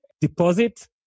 deposit